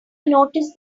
noticed